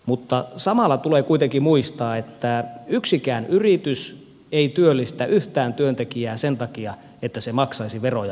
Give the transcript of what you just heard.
mutta samalla tulee kuitenkin muistaa että yksikään yritys ei työllistä yhtään työntekijää sen takia että se maksaisi veroja vähemmän